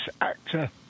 actor